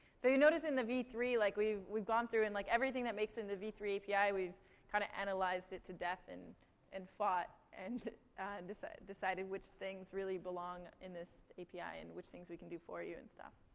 so you notice in the v three, like, we've we've gone through and, like, everything that makes it into v three api we've kind of analyzed it to death, and fought, and decided decided which things really belong in this api, and which things we can do for you and stuff.